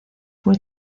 fue